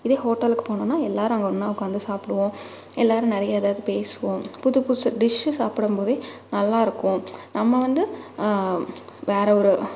இதே ஹோட்டலுக்கு போனோனால் எல்லோரும் அங்கே ஒன்றா உக்காந்து சாப்பிடுவோம் எல்லோரும் நிறைய ஏதாது பேசுவோம் புதுப்புது டிஷ்ஷு சாப்பிடும்போதே நல்லாயிருக்கும் நம்ம வந்து வேறு ஒரு